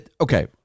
Okay